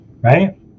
right